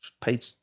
paid